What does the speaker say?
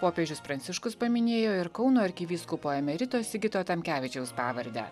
popiežius pranciškus paminėjo ir kauno arkivyskupo emerito sigito tamkevičiaus pavardę